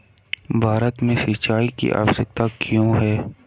भारत में सिंचाई की आवश्यकता क्यों है?